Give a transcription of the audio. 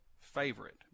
favorite